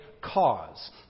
cause